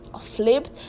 flipped